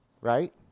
right